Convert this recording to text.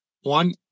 One